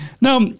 now